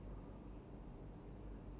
uh what do you mean by that